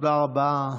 תודה רבה.